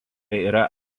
yra